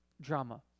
drama